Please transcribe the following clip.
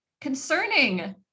concerning